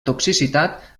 toxicitat